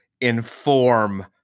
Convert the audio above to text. inform